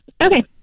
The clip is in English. Okay